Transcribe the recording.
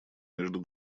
между